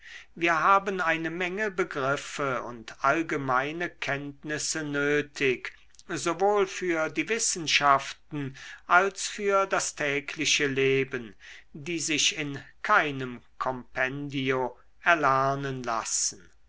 wir haben eine menge begriffe und allgemeine kenntnisse nötig sowohl für die wissenschaften als für das tägliche leben die sich in keinem kompendio erlernen lassen